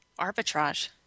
arbitrage